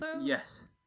Yes